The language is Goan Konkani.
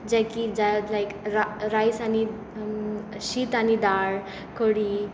जाकी जा लायक रा रायस आनी शीत आनी दाळ कडी